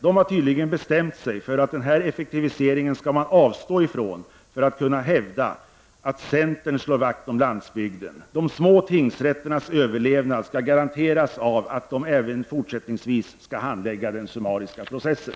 Man har tydligen bestämt sig för att man skall avstå från den här effektiviseringen för att kunna hävda att centern slår vakt om landsbygden. De små tingsrätternas överlevnad skall garanteras av att de även fortsättningsvis skall handlägga den summariska processen.